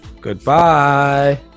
goodbye